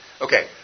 Okay